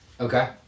okay